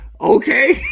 Okay